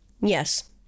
Yes